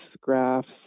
graphs